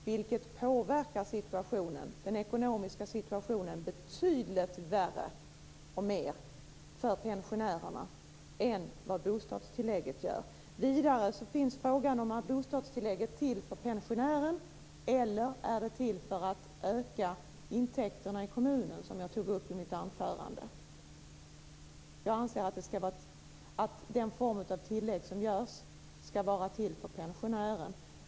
Det påverkar den ekonomiska situationen betydligt mer, och gör det värre, för pensionärerna än vad detta med bostadstillägget gör. Vidare har vi frågan: Är bostadstillägget till för pensionären eller för att öka intäkterna i kommunen? Det tog jag upp i mitt anförande. Jag anser att den form av tillägg som görs ska vara till för pensionären.